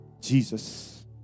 Jesus